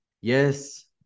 yes